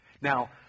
Now